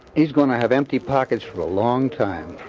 he's gonna have empty pockets for a long time